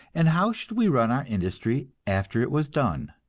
and how should we run our industry after it was done?